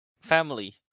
family